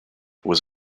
was